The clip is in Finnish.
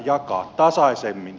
arvoisa puhemies